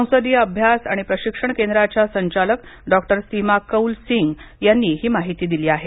संसदीय अभ्यास आणि प्रशिक्षण केंद्राच्या संचालक डॉक्टर सीमा कौल सिंग यांनी ही माहिती दिली आहे